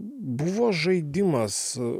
buvo žaidimas